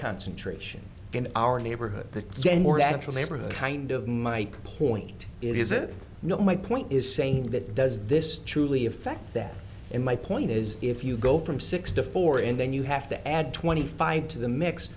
concentration in our neighborhood the more natural kind of my point is that you know my point is saying that does this truly effect that in my point is if you go from six to four and then you have to add twenty five to the mix